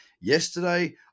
Yesterday